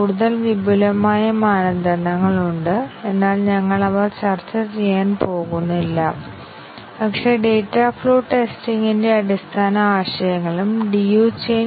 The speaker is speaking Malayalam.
അതിനാൽ രണ്ട് ബൌണ്ടഡ് ഏരിയകൾ ഉണ്ട് അതിനാൽ ബൌണ്ടഡ് ഏരിയകളുടെ എണ്ണം പ്ലസ് 1 3 ന് തുല്യമാണ് അത് നമുക്ക് ലഭിച്ച e n 2 ഫലത്തിന് തുല്യമാണ് അത് 3 7 6 2 ആയി വിലയിരുത്തി